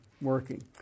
working